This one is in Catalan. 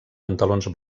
pantalons